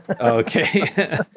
Okay